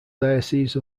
diocese